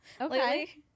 okay